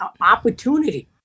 opportunity